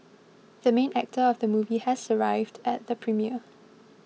the main actor of the movie has arrived at the premiere